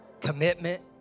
Commitment